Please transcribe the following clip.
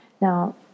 Now